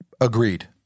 Agreed